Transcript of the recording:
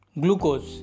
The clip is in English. glucose